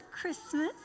Christmas